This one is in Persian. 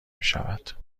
میشود